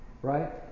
Right